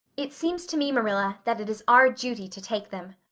it seems to me, marilla, that it is our duty to take them.